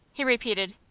he repeated.